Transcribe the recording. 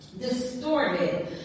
distorted